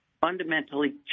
fundamentally